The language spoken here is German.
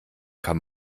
kann